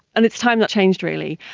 and it's time that changed really.